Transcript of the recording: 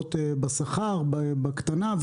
שעות בשכר בקטנה,